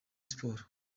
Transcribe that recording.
siporo